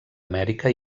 amèrica